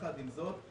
יחד עם זאת,